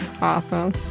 awesome